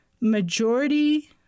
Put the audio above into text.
majority